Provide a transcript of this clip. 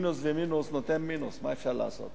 מינוס ומינוס נותן מינוס, מה אפשר לעשות?